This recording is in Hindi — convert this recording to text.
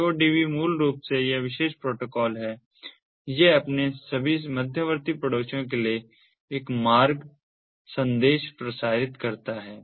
AODV मूल रूप से यह विशेष प्रोटोकॉल है यह अपने सभी मध्यवर्ती पड़ोसियों के लिए एक मार्ग संदेश प्रसारित करता है